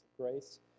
grace